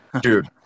Dude